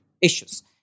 issues